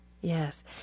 Yes